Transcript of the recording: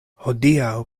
hodiaŭ